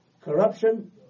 corruption